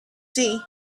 see